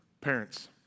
Parents